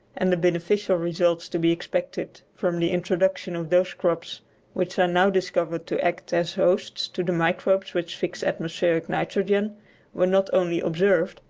and the beneficial results to be expected from the introduction of those crops which are now discovered to act as hosts to the microbes which fix atmospheric nitrogen were not only observed,